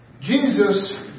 Jesus